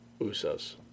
Usos